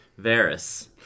Varys